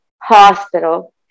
hospital